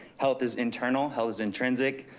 health is internal, health is intrinsic,